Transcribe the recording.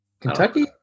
Kentucky